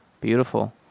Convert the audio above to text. Beautiful